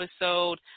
episode